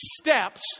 steps